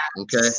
Okay